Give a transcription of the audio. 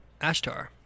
Ashtar